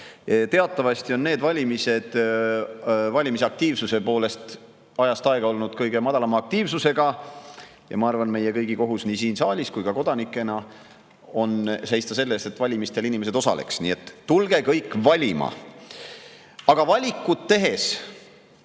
Teatavasti on need valimised ajast aega olnud kõige madalama valimisaktiivsusega ja ma arvan, et meie kõigi kohus nii siin saalis kui ka kodanikena on seista selle eest, et valimistel inimesed osaleks. Nii et tulge kõik valima! Aga valikut tehes